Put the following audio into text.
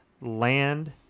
land